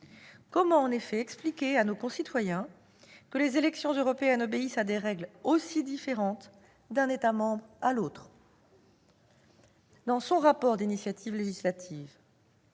comment expliquer à nos concitoyens que les élections européennes obéissent à des règles aussi différentes d'un État membre à l'autre ?